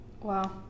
Wow